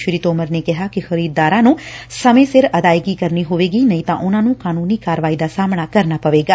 ਸ੍ਰੀ ਤੋਮਰ ਨੇ ਕਿਹਾ ਕਿ ਖਰੀਦਦਾਰਾਂ ਨੂੰ ਸਮੇਂ ਸਿਰ ਅਦਾਇਗੀ ਕਰਨੀ ਹੋਵੇਗੀ ਨਹੀਂ ਤਾਂ ਉਨ੍ਹਾਂ ਨੂੰ ਕਾਨੂੰਨੀ ਕਾਰਵਾਈ ਦਾ ਸਾਹਮਣਾ ਕਰਨਾ ਪਵੇਗਾ